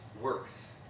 worth